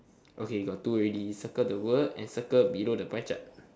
okay got two already circle the word and circle below the pie chart